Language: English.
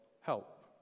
help